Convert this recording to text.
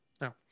No